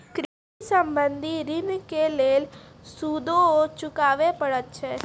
कृषि संबंधी ॠण के लेल सूदो चुकावे पड़त छै?